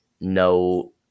no